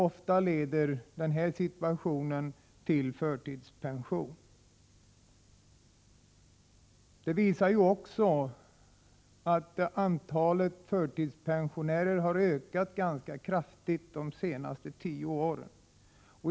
Situationen leder ofta till förtidspension. Det visar sig också att antalet förtidspensionärer ökat ganska kraftigt de senaste tio åren.